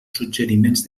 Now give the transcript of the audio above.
suggeriments